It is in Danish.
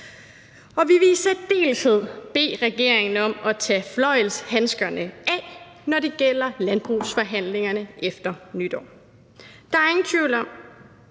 Vi vil i særdeleshed bede regeringen om at tage fløjlshandskerne af, når det gælder landbrugsforhandlingerne efter nytår. Der er ingen tvivl om,